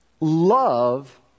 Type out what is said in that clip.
love